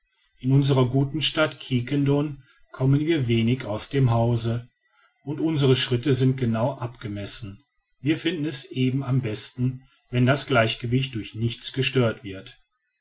in unserer guten stadt quiquendone kommen wir wenig aus dem hause und unsere schritte sind genau abgemessen wir finden es eben am besten wenn das gleichgewicht durch nichts gestört wird